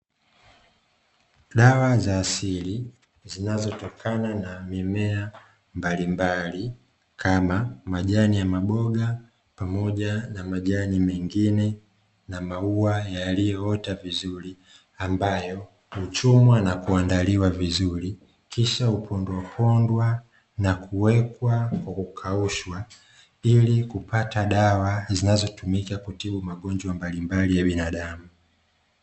Dawa za asili zinazotokana na mimea mbalimbali kama majani ya maboga pamoja na majani mengine na maua yaliyoota vizuri; ambayo huchumwa na kuandaliwa vizuri kisha hupondwa pondwa na kuwekwa kwa kukaushwa ili kupata dawa zinazotumika kutibu magonjwa mbalimbali ya binadamu.